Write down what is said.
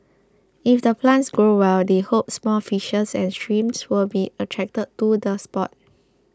if the plants grow well they hope small fishes and shrimps will be attracted to the spot